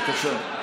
בבקשה.